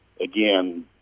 Again